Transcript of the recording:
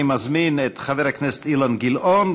אני מזמין את חבר הכנסת אילן גילאון,